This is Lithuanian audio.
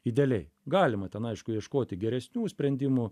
idealiai galima ten aišku ieškoti geresnių sprendimų